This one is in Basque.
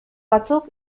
batzuk